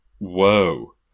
Whoa